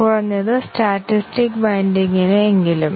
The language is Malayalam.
കുറഞ്ഞത് സ്റ്റാറ്റിസ്റ്റിക് ബൈൻഡിംഗിനു എങ്കിലും